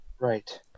Right